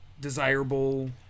desirable